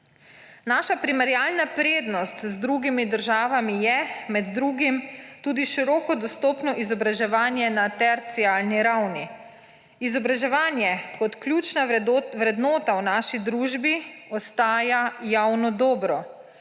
Naša primerjalna prednost z drugimi državami je med drugim tudi široko dostopno izobraževanje na terciarni ravni. Izobraževanje kot ključna vrednota v naši družbi ostaja javno dobro.